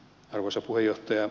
arvoisa puhemies